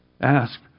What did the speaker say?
Ask